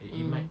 mm